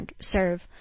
serve